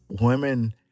women